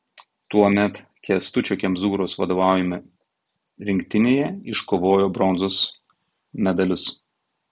tuomet kęstučio kemzūros vadovaujama rinktinėje iškovojo bronzos medalius